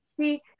See